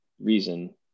reason